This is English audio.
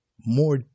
more